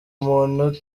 umuntu